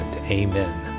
Amen